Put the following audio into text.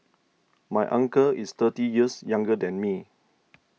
my uncle is thirty years younger than me